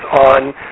on